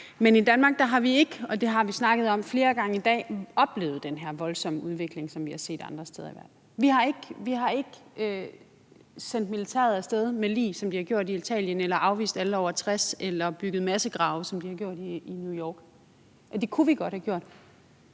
Men i Danmark har vi ikke – og det har vi snakket om flere gange i dag – oplevet den her voldsomme udvikling, som vi har set andre steder i verden. Vi har ikke sendt militæret af sted med lig, som de har gjort i Italien, eller afvist alle over 60 eller anlagt massegrave, som de har gjort i New York. Det kunne vi godt have gjort,